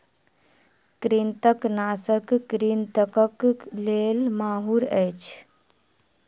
कृंतकनाशक कृंतकक लेल माहुर अछि